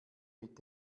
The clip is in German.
mit